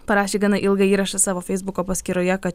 parašė gana ilgą įrašą savo feisbuko paskyroje kad